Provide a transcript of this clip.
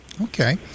Okay